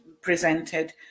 presented